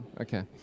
Okay